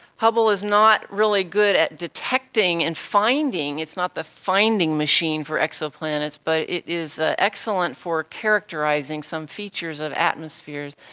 hubble is not a really good at detecting and finding, it's not the finding machine for exoplanets, but it is ah excellent for characterising some features of atmospheres,